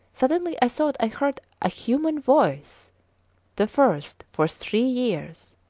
suddenly i thought i heard a human voice the first for three years.